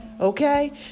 Okay